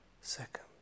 second